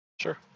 Sure